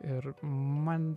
ir man